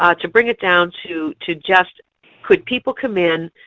um to bring it down to to just could people come in,